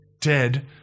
dead